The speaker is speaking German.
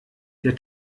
der